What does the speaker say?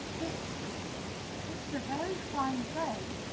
it's it's a very fine day!